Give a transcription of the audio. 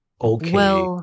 okay